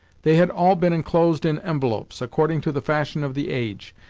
they had all been enclosed in envelopes, according to the fashion of the age,